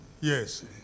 yes